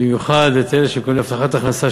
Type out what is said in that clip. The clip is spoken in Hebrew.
במיוחד את אלה שמקבלים הבטחת הכנסה,